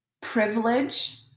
privilege